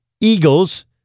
Eagles